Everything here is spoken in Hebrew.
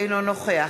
אינו נוכח